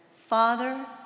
Father